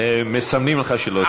מסמנים לך שלא צריך.